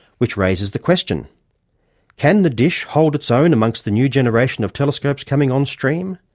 which raises the question can the dish hold its own amongst the new generation of telescopes coming on stream?